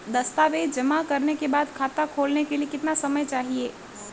दस्तावेज़ जमा करने के बाद खाता खोलने के लिए कितना समय चाहिए?